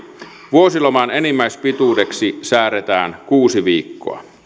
vuosiloman enimmäispituudeksi säädetään kuusi viikkoa